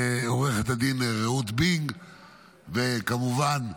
ולעו"ד רעות בינג, כמובן,